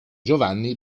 giovanni